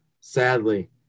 Sadly